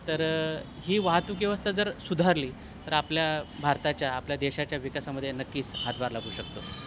तर ही वाहतूक व्यवस्था जर सुधारली तर आपल्या भारताच्या आपल्या देशाच्या विकासामध्ये नक्कीच हातभार लागू शकतो